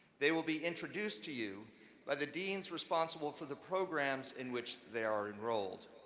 they will be introduced to you by the deans responsible for the programs in which they are enrolled.